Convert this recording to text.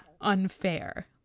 unfair